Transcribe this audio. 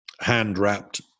hand-wrapped